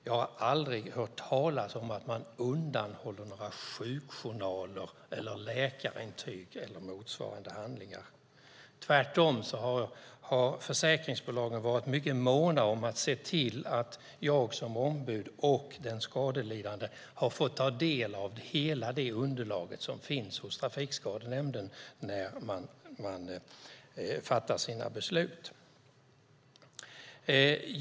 Jag har aldrig hört talas om att man undanhåller sjukjournaler, läkarintyg eller några sådana handlingar, Tvärtom har försäkringsbolagen varit mycket måna om att se till att jag som ombud och den skadelidande har fått ta del av hela det underlag som finns hos Trafikskadenämnden när man fattar sina beslut.